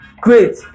Great